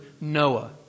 Noah